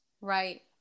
right